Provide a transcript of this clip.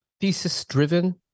thesis-driven